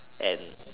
and